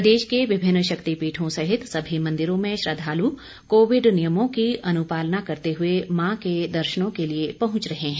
प्रदेश के विभिन्न शक्तिपीठों सहित सभी मंदिरों में श्रद्वालु कोविड नियमों की अनुपालना करते हुए मां के दर्शनों के लिए पहुंच रहें है